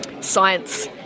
science